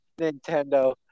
Nintendo